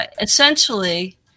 essentially